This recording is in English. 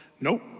Nope